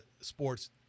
sports